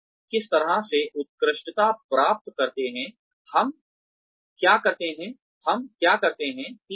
हम किस तरह से उत्कृष्टता प्राप्त करते हैं हम क्या करते हैं हम क्या करते हैं